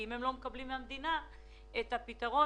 אם הם לא מקבלים את הפתרון מהמדינה,